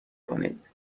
کنید